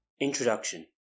Introduction